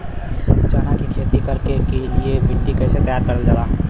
चना की खेती कर के लिए मिट्टी कैसे तैयार करें जाला?